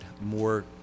more